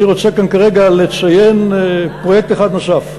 אני רוצה כאן כרגע לציין פרויקט אחד נוסף,